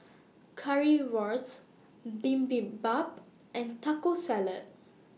Currywurst Bibimbap and Taco Salad